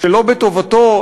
שלא בטובתו,